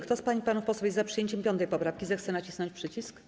Kto z pań i panów posłów jest za przyjęciem 5. poprawki, zechce nacisnąć przycisk.